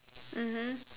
mmhmm